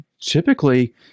typically